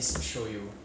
五块钱三块多而已